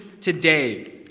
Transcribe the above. today